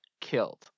killed